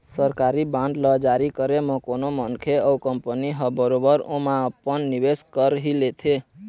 सरकारी बांड ल जारी करे म कोनो मनखे अउ कंपनी ह बरोबर ओमा अपन निवेस कर ही लेथे